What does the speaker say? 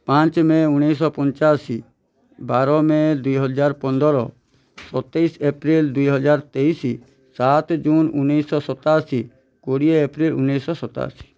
ପାଞ୍ଚ ମେ' ଉଣେଇଶହ ପଞ୍ଚାଅଶୀ ବାର ମେ' ଦୁଇହଜାର ପନ୍ଦର ସତେଇଶ ଏପ୍ରିଲ୍ ଦୁଇ ହଜାର ତେଇଶ ସାତ ଜୁନ୍ ଉଣେଇଶହ ସତାଅଶୀ କୋଡ଼ିଏ ଏପ୍ରିଲ୍ ଉଣେଇଶହ ସତାଅଶୀ